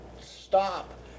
stop